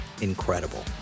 incredible